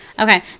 Okay